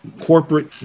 corporate